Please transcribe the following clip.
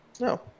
No